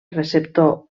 receptor